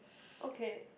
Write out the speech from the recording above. okay